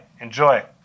enjoy